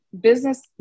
business